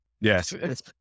Yes